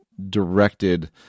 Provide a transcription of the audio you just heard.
directed